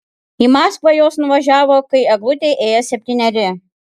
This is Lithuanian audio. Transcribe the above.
į maskvą jos nuvažiavo kai eglutei ėjo septyneri